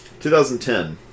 2010